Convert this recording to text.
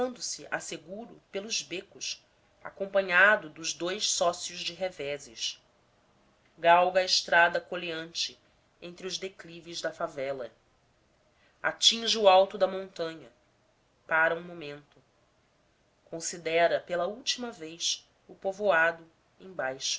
a seguro pelos becos acompanhado dos dous sócios de reveses galga a estrada coleante entre os declives da favela atinge o alto da montanha pára um momento considera pela última vez o povoado embaixo